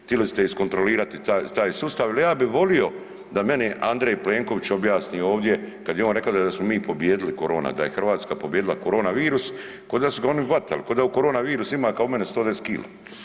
Htjeli ste iskontrolirati taj sustav, ali ja bih volio da meni Andrej Plenković objasni ovdje kada je on rekao da smo mi pobijedili koronu, da je Hrvatska pobijedila korona virus ko da su ga oni hvatali, ko da korona virus u mene ima 110 kila.